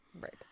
Right